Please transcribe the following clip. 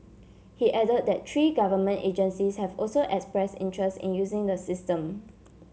he added that three government agencies have also expressed interest in using the system